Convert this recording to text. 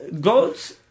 goats